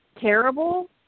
terrible